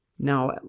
Now